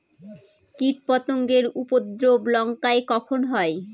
কীটপতেঙ্গর উপদ্রব লঙ্কায় কখন হয়?